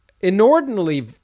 inordinately